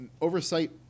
oversight